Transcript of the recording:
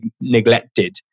neglected